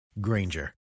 Granger